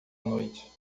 noite